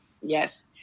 Yes